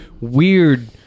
weird